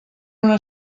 una